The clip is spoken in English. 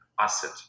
asset